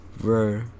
Bro